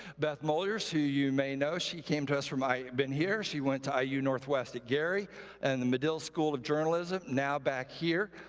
beth muellers, who you may know, she came to us from been here, she went to iu northwest at gary and the medill school of journalism, now back here,